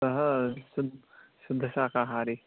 सः शुद् शुद्धशाकाहारी